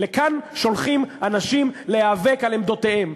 לכאן שולחים אנשים להיאבק על עמדותיהם,